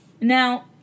Now